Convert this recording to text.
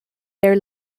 their